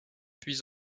puis